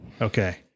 Okay